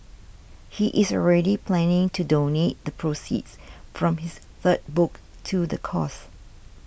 he is already planning to donate the proceeds from his third book to the cause